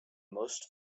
most